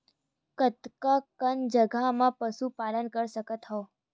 कतका कन जगह म पशु पालन कर सकत हव?